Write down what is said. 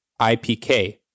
IPK